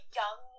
young